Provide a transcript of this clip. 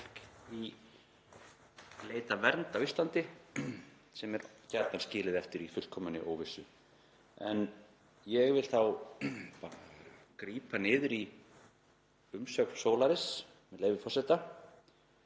í leit að vernd á Íslandi, sem er gjarnan skilið eftir í fullkominni óvissu. Ég vil þá fá að grípa niður í umsögn Solaris, með leyfi forseta: